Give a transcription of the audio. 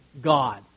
God